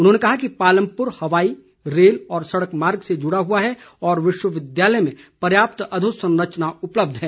उन्होंने कहा कि पालमपुर हवाई रेल और सड़क मार्ग से जुड़ा हुआ है और विश्वविद्यालय में पर्याप्त अधो संरचना उपलब्ध है